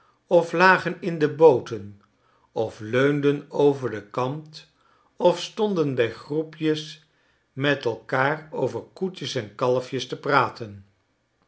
oflagen in de booten of leunden over den kant of stonden bij groepjes met elkaar over koetjes en kalfjes te praten